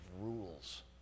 rules